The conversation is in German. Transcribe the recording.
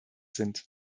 sind